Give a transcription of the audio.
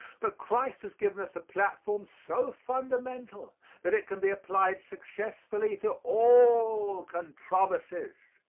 but christ has given us a platform so fundamental that it can be applied successfully to all controversies.